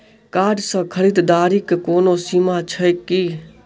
Card सँ खरीददारीक कोनो सीमा छैक की?